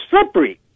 Slippery